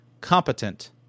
competent